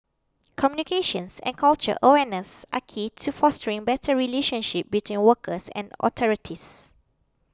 communications and cultural awareness are key to fostering better relationship between workers and authorities